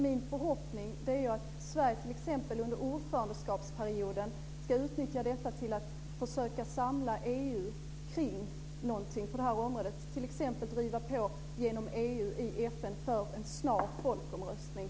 Min förhoppning är att Sverige t.ex. under ordförandeskapet utnyttjar detta till att försöka samla EU kring något på området, exempelvis genom EU driva på i FN för en snar folkomröstning.